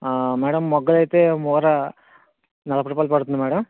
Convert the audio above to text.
madam మొగ్గలైతే మూర నలభై రూపాయలు పడుతుంది మేడం